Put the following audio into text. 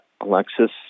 Alexis